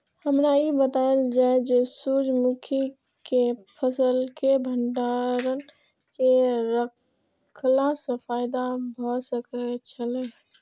हमरा ई बतायल जाए जे सूर्य मुखी केय फसल केय भंडारण केय के रखला सं फायदा भ सकेय छल?